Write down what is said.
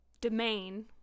domain